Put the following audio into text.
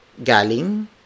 Galing